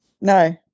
No